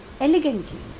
elegantly